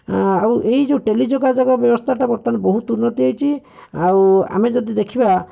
ଆଉ ଏଇ ଯେଉଁ ଟେଲି ଯୋଗାଯୋଗ ବ୍ୟବସ୍ଥାଟା ବର୍ତ୍ତମାନ ବହୁତ ଉନ୍ନତି ହୋଇଛି ଆଉ ଆମେ ଯଦି ଦେଖିବା